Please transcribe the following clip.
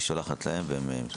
היא שולחת להם.